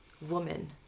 woman